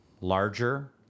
larger